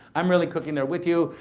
i'm really cooking there with you.